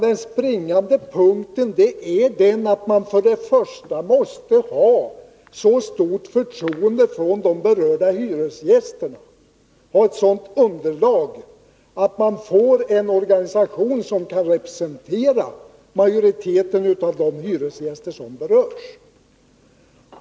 Den springande punkten är att man måste ha ett sådant underlag — ett så stort förtroende från de berörda hyresgästerna — att man får en organisation som kan representera majoriteten av de hyresgäster som berörs.